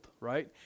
right